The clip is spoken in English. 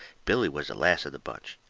billy was the last of the bunch.